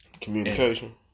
Communication